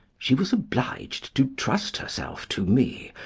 she was obliged to trust herself to me.